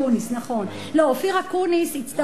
אופיר אקוניס אמר.